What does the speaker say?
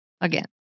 again